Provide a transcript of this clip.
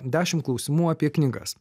dešim klausimų apie knygas